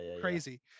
Crazy